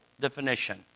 definition